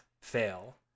fail